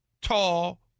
tall